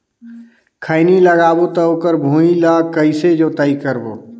खैनी लगाबो ता ओकर भुईं ला कइसे जोताई करबो?